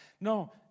No